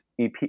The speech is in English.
EP